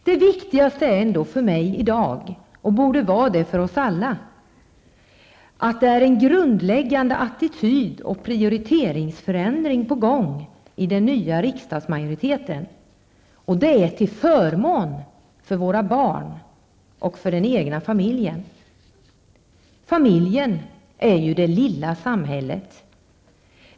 Det viktigaste i dag för mig -- och borde vara det för alla -- är att en grundläggande attityd och prioritetsförändring är på gång i den nya riksdagsmajoriteten och detta till förmån för barnen och den egna familjen. Familjen är det lilla samhället.